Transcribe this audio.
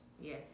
Yes